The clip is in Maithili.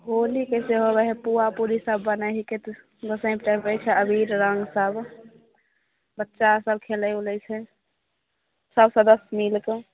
होलीके से होएबै है पुआ पुरी सब बनै हैके गोसाँइके चढ़बै छै अबीर रङ्ग सब बच्चा सब खेलै ओलै छै सब सदस्य मिल कऽ